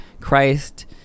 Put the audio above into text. Christ